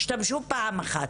השתמשו פעם אחת.